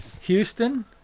Houston